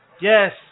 Yes